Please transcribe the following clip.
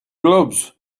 gloves